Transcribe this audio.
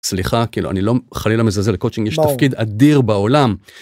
סליחה כאילו אני לא חלילה מזלזל ל קואצ'ינג יש תפקיד אדיר בעולם.